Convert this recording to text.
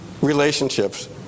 relationships